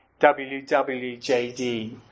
WWJD